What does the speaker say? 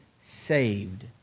saved